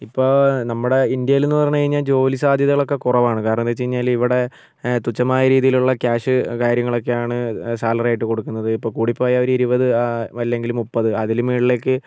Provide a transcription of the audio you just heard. ഇപ്പോൾ നമ്മുടെ ഇന്ത്യയിൽന്ന് പറഞ്ഞ് കഴിഞ്ഞാൽ ജോലി സാധ്യതകൾ ഒക്കെ കുറവാണ് കാരണം എന്താന്ന് വെച്ച് കഴിഞ്ഞാൽ ഇവിടെ തുച്ഛമായ രീതിയിലുള്ള ക്യാഷ് കാര്യങ്ങളൊക്കെ ആണ് സാലറി ആയിട്ട് കൊടുക്കുന്നത്ത് ഇപ്പോൾ കൂടിപ്പോയാൽ ഒരു ഇരുപത് അല്ലെങ്കിൽ മുപ്പത്ത് അതിലും മേളിലേക്ക്